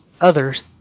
others